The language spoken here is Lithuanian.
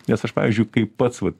nes aš pavyzdžiui kai pats vat